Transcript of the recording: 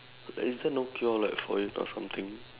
like is there no cure like for this or something